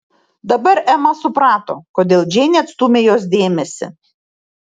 dabar ema suprato kodėl džeinė atstūmė jos dėmesį